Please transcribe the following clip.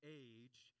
age